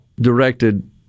Directed